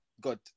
God